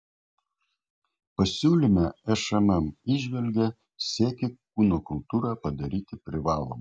pasiūlyme šmm įžvelgia siekį kūno kultūrą padaryti privaloma